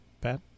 Pat